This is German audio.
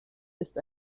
ist